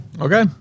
Okay